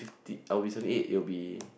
I will be seventy eight you will be